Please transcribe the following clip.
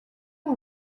ont